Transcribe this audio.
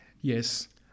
Yes